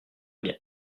bien